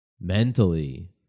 mentally